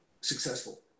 successful